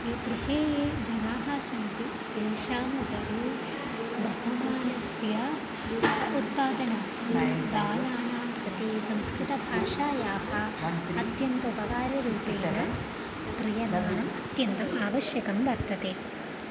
ये गृहे ये जनाः सन्ति तेषाम् उपरि बहुमानस्य उत्पादनार्थं बालानां कृते संस्कृतभाषायाः अत्यन्तम् उपकाररूपेण क्रियमाणम् अत्यन्तम् आवश्यकं वर्तते